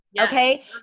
Okay